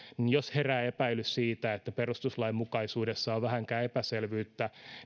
herää epäilys siitä että perustuslainmukaisuudessa on vähänkään epäselvyyttä